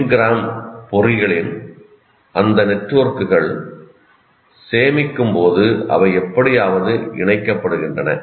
என்கிராம்பொறிகளின் அந்த நெட்வொர்க்குகள் சேமிக்கும் போது அவை எப்படியாவது இணைக்கப்படுகின்றன